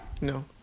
No